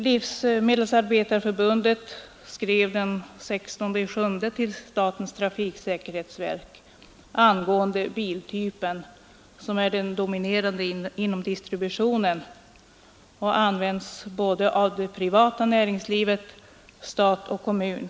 Livsmedelsarbetareförbundet skrev den 16 juli till statens trafiksäkerhetsverk angående ifrågavarande biltyp, som är den dominerande inom distributionen och som används av både det privata näringslivet, stat och kommun.